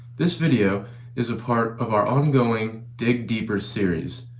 this video is a part of our ongoing dig deeper series,